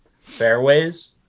fairways